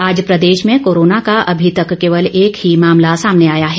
आज प्रदेश में कोरोना का अभी तक केवल एक ही मामला सामने आया है